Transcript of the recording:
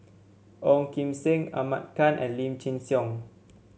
Ong Kim Seng Ahmad Khan and Lim Chin Siong